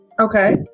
Okay